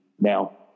Now